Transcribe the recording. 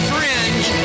Fringe